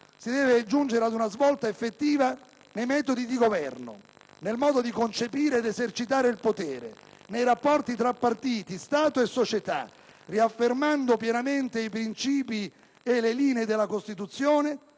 si deve giungere ad una svolta effettiva nei metodi di governo, nel modo di concepire ed esercitare il potere, nei rapporti tra partiti, Stato e società, riaffermando pienamente i princìpi e le linee della Costituzione